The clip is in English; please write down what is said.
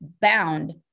bound